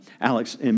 Alex